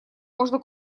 можно